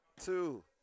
Two